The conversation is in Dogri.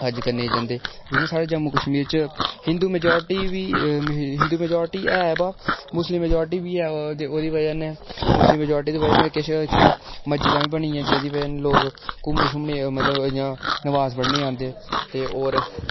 लोक हडज करने गी जंदे जियां साढ़े जम्मू कश्मीर च हिंदु मैजारटी हिंदु मैजारटी बी ऐ पर मुस्लिम मैजारटी ऐ ते ओह्दी बजह कन्नै मुस्लिम मैजारटी कन्नै किश मस्जिदां बी बनी दियां जेह्दी बजह कन्नै लोग घुमने गी मतलब इं'या नमाज़ पढ़ने गी आंदे होर